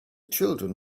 children